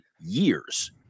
years